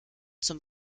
zum